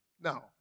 Now